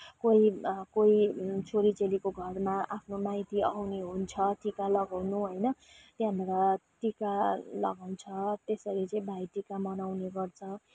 कोही कोही छोरीचेलीको घरमा आफ्नो माइती आउने हुन्छ टिका लगाउनु होइन त्यहाँबाट टिका लगाउँछ त्यसरी चाहिँ भाइटिका मनाउने गर्छ